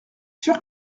sûr